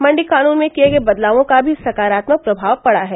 मण्डी कानून में किये गये बदलावों का भी सकारात्मक प्रभाव पड़ा है